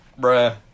Bruh